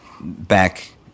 back